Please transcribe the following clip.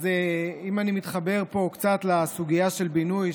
אז אם אני מתחבר פה קצת לסוגיה של בינוי,